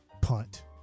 punt